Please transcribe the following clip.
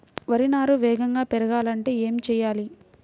వరి నారు వేగంగా పెరగాలంటే ఏమి చెయ్యాలి?